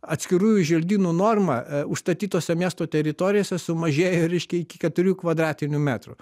atskirųjų želdynų norma užstatytose miesto teritorijose sumažėjo reiškia iki keturių kvadratinių metrų